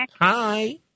Hi